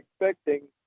expecting